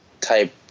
type